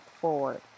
forward